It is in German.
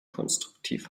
konstruktiv